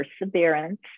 perseverance